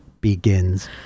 begins